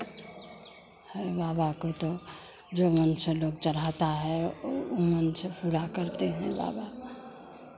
है बाबा को तो जो मन से लोग चढ़ाता है वो मन से पूरा करते हैं बाबा